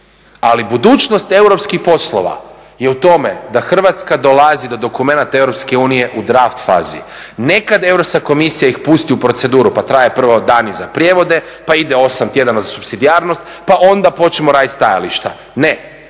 ali budućnost europskih poslova je u tome da Hrvatska dolazi do dokumenata EU u draft fazi. Nekad Europska komisija ih pusti u proceduru, pa traje prvo dani za prijevode, pa ide 8 tjedana za supsidijarnost, pa onda počnemo raditi stajališta. Ne